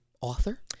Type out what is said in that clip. author